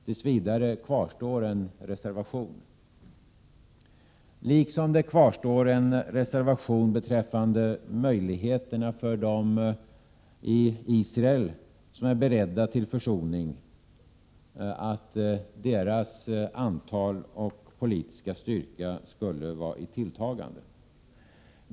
Tills vidare kvarstår dock en reservation, liksom det kvarstår en reservation beträffande möjligheterna för att de i Israel som är beredda till försoning skall öka i antal och för att deras politiska styrka skall vara i tilltagande.